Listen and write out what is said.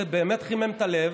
זה באמת חימם את הלב,